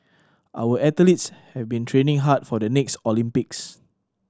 our athletes have been training hard for the next Olympics